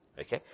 Okay